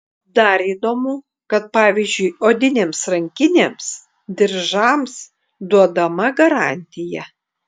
dar įdomu kad pavyzdžiui odinėms rankinėms diržams duodama garantija